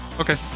Okay